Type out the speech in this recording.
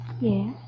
Yes